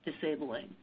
disabling